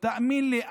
תאמין לי,